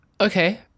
Okay